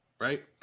right